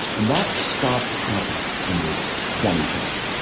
and that stopped happening in the twenty ten s.